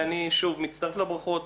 אני, שוב, מצטרף לברכות.